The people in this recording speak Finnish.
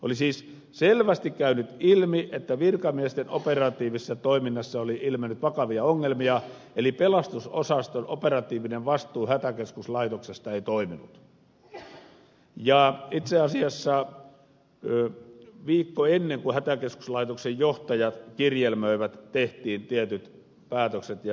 oli siis selvästi käynyt ilmi että virkamiesten operatiivisessa toiminnassa oli ilmennyt vakavia ongelmia eli pelastusosaston operatiivinen vastuu hätäkeskuslaitoksesta ei toiminut ja itse asiassa viikkoa ennen kuin hätäkeskuslaitoksen johtajat kirjelmöivät tehtiin tietyt päätökset ja määräykset